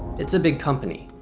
it's a big company,